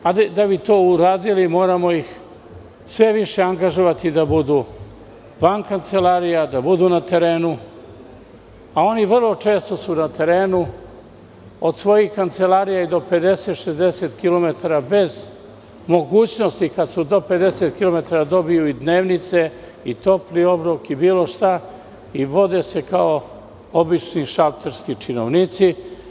Da bi to uradili, moramo ih sve više angažovati da budu van kancelarija, da budu na terenu, a oni su vrlo često na terenu od svojih kancelarija i do 50 i 60 km, bez mogućnosti kad su do 50 km da dobiju i dnevnice i topli obrok i bilo šta i vode se kao obični šalterski činovnici.